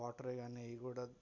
వాటరే ఏవీ కూడా